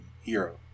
Hero